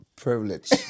Privilege